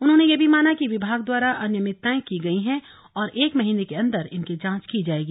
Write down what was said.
उन्होंने ये भी माना कि विभाग द्वारा अनियमितताएं की गई हैं और एक महीने के अंदर इनकी जांच की जाएगी